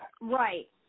Right